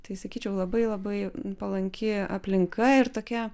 tai sakyčiau labai labai palanki aplinka ir tokia